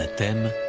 then